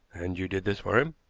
and you did this for him?